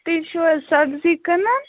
تُہۍ چھِو حظ سَبزی کٕنان